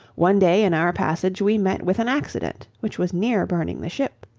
one day in our passage we met with an accident which was near burning the ship.